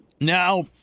Now